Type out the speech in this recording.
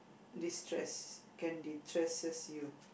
destress can destresses you